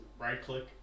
right-click